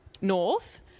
North